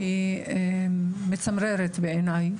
מחבלים מצמררת בעיני,